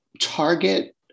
target